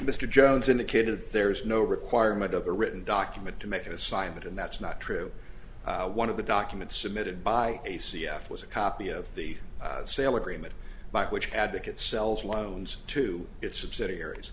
mr jones indicated there is no requirement of a written document to make an assignment and that's not true one of the documents submitted by a c f was a copy of the sale agreement by which advocates sells loans to its subsidiaries